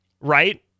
right